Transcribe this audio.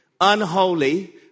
unholy